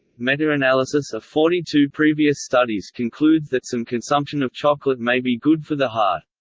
meta-analysis of forty two previous studies concludes that some consumption of chocolate may be good for the heart.